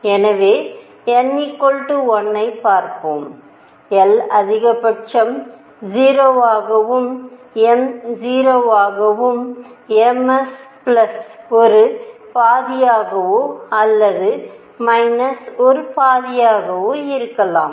எனவே n 1 ஐப் பார்ப்போம் l அதிகபட்சம் 0 ஆகவும் m 0 ஆகவும் m s ஒரு பாதியாகவோ அல்லது மைனஸ் ஒரு பாதியாகவோ இருக்கலாம்